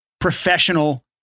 professional